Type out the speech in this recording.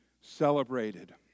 celebrated